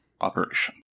operation